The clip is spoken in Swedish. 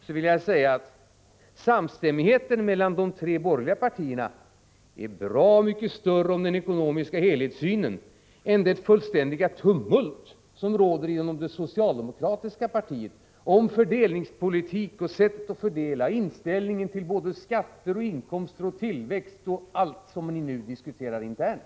Jag vill då säga att samstämmigheten när det gäller den ekonomiska helhetssynen är bra mycket större mellan de tre borgerliga partierna än inom det socialdemokratiska partiet, där det nu pågår ett fullständigt tumult om fördelningspolitiken och sättet att fördela, om skatter, inkomster, tillväxt och allt vad ni nu diskuterar internt.